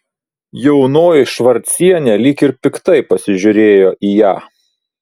jaunoji švarcienė lyg ir piktai pasižiūrėjo į ją